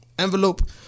envelope